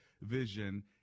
vision